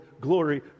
glory